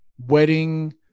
wedding